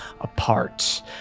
apart